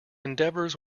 endeavours